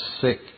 sick